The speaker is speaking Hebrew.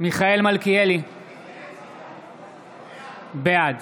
בעד